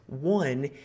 one